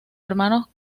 hermanos